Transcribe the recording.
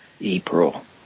April